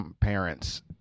parents